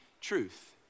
truth